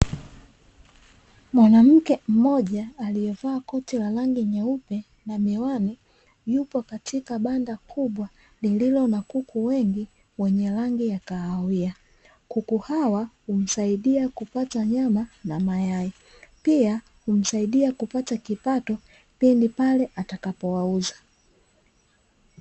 Mwanamke mmoja aliyevaa koti la rangi nyeupe na miwani, yupo katika banda kubwa lililo na kuku wengi, wenye rangi ya kahawia. Kuku hawa wanasaidia kupata nyama na mayai. Pia humsaidia kupata kipato, pindi pale atakapowauza.